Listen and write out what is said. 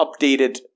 updated